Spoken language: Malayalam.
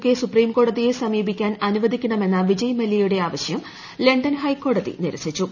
കെ സുപ്രീംകോടതിയെ സമീപിക്കാൻ അനുവദിക്കണ്ണ്ട്മെന്ന വിജയ് മല്യയുടെ ആവശ്യം ലണ്ടൻ ഹൈക്കോടതി നിരസിച്ചു